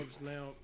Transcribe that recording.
now